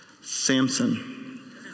Samson